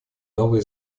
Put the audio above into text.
новые